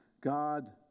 God